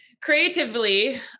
creatively